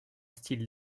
style